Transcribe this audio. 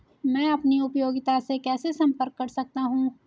मैं अपनी उपयोगिता से कैसे संपर्क कर सकता हूँ?